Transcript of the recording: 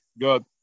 good